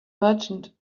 merchant